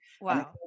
Wow